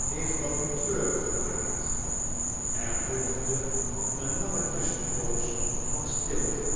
heeft dat u treurig gemaakt er volgde eene lange tusschenpoos van stilte